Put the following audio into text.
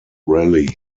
rally